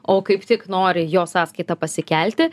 o kaip tik nori jo sąskaita pasikelti